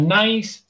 nice